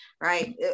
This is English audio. right